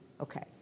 Okay